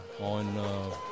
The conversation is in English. on –